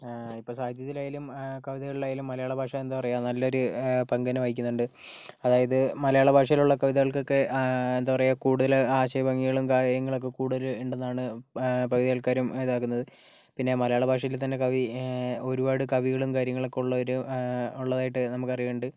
ഇപ്പോൾ സാഹിത്യത്തിലായാലും കവിതകളിലായാലും മലയാള ഭാഷ എന്താ പറയുക നല്ലൊരു പങ്ക് തന്നെ വഹിക്കുന്നുണ്ട് അതായത് മലയാളഭാഷയിൽ ഉള്ള കവിതകൾക്കൊക്കെ എന്താ പറയുക കൂടുതൽ ആശയഭംഗികളും കാര്യങ്ങളൊക്കെ കൂടുതലും ഉണ്ടെന്നാണ് പകുതി ആൾക്കാരും ഇതാക്കുന്നത് പിന്നെ മലയാളഭാഷയിൽ തന്നെ കവി ഒരുപാട് കവികളും കാര്യങ്ങളും ഒക്കെ ഉള്ള ഒരു ഉള്ളതായിട്ട് നമുക്കറിയിണ്ട്